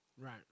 right